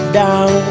down